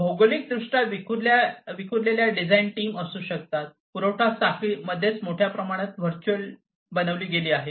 भौगोलिकदृष्ट्या विखुरलेल्या design team असू शकतात पुरवठा साखळीच मोठ्या प्रमाणात व्हर्च्युअल बनविली गेली आहे